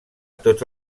tots